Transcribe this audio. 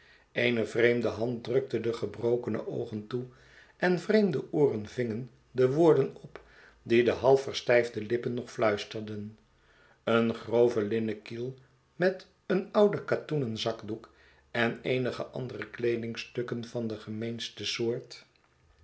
eene vreemde hand drukte de gebrokene oogen toe en vreemde ooren vingen de woorden op die de half verstijfde lippen nog ftuisterden een grove linnen kiel met een ouden katoenen zakdoek en eenige andere kleedingstukken van de gemeenste soort